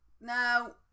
Now